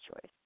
choice